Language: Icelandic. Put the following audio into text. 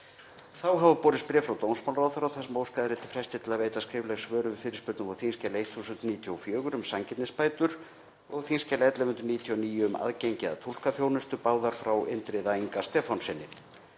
Þá hafa borist bréf frá dómsmálaráðherra þar sem óskað er eftir fresti til að veita skrifleg svör við fyrirspurnum á þskj. 1094, um sanngirnisbætur, og á þskj. 1109, um aðgengi að túlkaþjónustu, báðar frá Indriða Inga Stefánssyni.